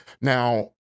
Now